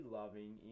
loving